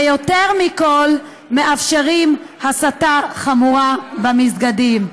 ויותר מכול, מאפשרים הסתה חמורה במסגדים.